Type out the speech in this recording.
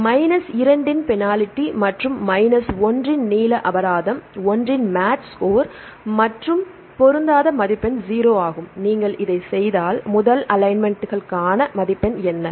எனவே மைனஸ் 2 இன் பெனால்டி மற்றும் மைனஸ் 1 இன் நீள அபராதம் மற்றும் ஒன்றின் மேட்ச் ஸ்கோர் மற்றும் பொருந்தாத மதிப்பெண் 0 ஆகும் நீங்கள் இதைச் செய்தால் முதல் அலைன்ன்மெண்ட்களுக்கான மதிப்பெண் என்ன